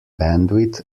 bandwidth